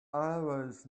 always